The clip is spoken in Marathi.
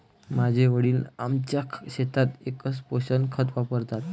माझे वडील आमच्या शेतात एकच पोषक खत वापरतात